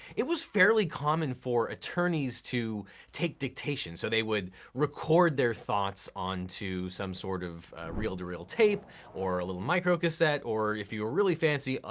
it was fairly common for attorneys to take dictation. so they would record their thoughts onto some sort of reel-to-reel tape or a little micro cassette or, if you really fancy,